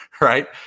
right